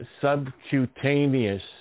subcutaneous